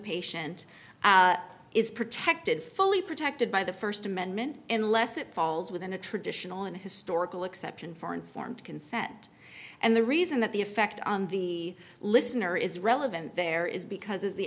patient is protected fully protected by the first amendment and less it falls within the traditional and historical exception for informed consent and the reason that the effect on the listener is relevant there is because as the